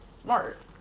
Smart